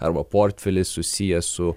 arba portfelis susijęs su